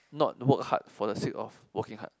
not work hard for the sake of working hard